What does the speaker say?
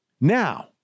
Now